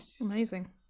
Amazing